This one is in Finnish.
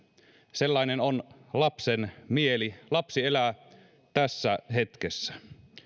sellainen on lapsen mieli lapsi elää tässä hetkessä